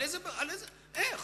איך?